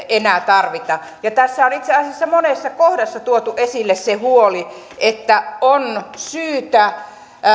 enää tarvita tässä on itse asiassa monessa kohdassa tuotu esille se huoli että on syytä